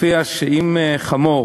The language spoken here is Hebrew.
שאם חמור